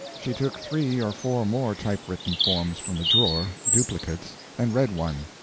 she took three or four more typewritten forms from the drawer duplicates and read one,